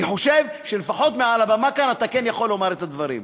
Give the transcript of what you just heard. אני חושב שלפחות מעל הבמה כאן אתה כן יכול לומר את הדברים.